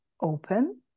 open